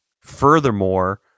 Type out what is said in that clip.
furthermore